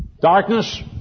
darkness